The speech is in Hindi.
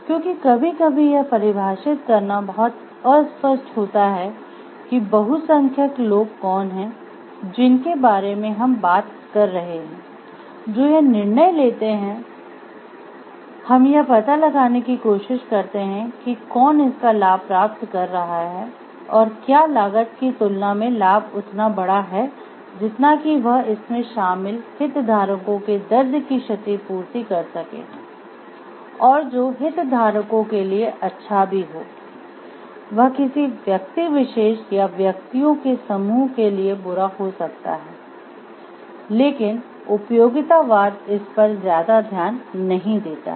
क्योंकि कभी कभी यह परिभाषित करना बहुत अस्पष्ट होता है कि बहुसंख्यक लोग कौन है जिनके बारे में हम बात कर रहे हैं जो यह निर्णय लेते हैं हम यह पता लगाने की कोशिश करते हैं कि कौन इसका लाभ प्राप्त कर रहा है और क्या लागत की तुलना में लाभ उतना बड़ा है जितना कि वह इसमें शामिल हितधारकों के दर्द की क्षतिपूर्ति कर सके और जो हितधारकों के लिए अच्छा भी हो वह किसी व्यक्ति विशेष या व्यक्तियों के समूह के लिए बुरा हो सकता है लेकिन उपयोगितावाद इस पर ज्यादा ध्यान नहीं देता है